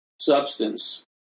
substance